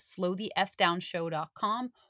SlowTheFDownShow.com